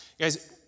Guys